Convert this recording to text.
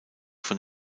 von